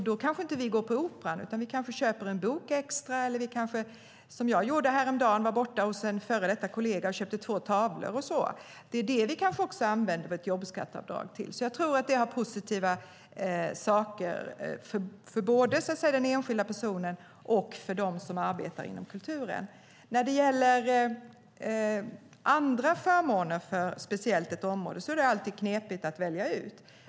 Vi kanske inte går på operan, utan vi kanske köper en bok extra eller gör som jag gjorde häromdagen, då jag var hos en före detta kollega och köpte två tavlor. Det kan också vara något som vi använder vårt jobbskatteavdrag till. Jag tror att det är positivt både för den enskilda personen och för de som arbetar inom kulturen. När det gäller andra förmåner för ett speciellt område är det alltid knepigt att välja ut.